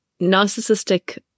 Narcissistic